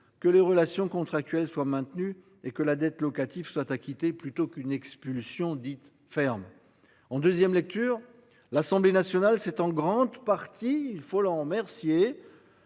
que les relations contractuelles soient maintenus et que la dette locative soit acquitté plutôt qu'une expulsion dite ferme en 2ème lecture, l'Assemblée nationale, c'est en grande partie il faut l'en remercier.